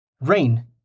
Rain